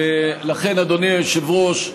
ולכן, אדוני היושב-ראש,